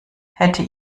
hätte